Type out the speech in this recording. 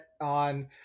on